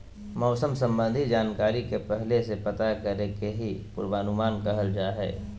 मौसम संबंधी जानकारी के पहले से पता करे के ही पूर्वानुमान कहल जा हय